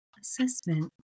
assessment